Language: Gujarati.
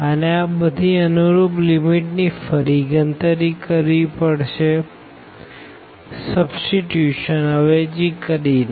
અને આ બધી કરસપોનડીંગ લીમીટ ની ફરી ગણતરી કરવી પડશે અવેજી કરી ને